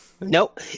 Nope